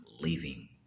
living